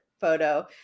photo